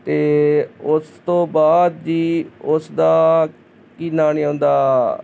ਅਤੇ ਉਸ ਤੋਂ ਬਾਅਦ ਜੀ ਉਸ ਦਾ ਕੀ ਨਾਮ ਨਹੀਂ ਆਉਂਦਾ